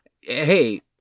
Hey